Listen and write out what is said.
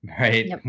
right